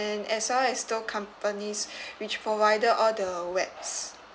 as well as those companies which provided all the webs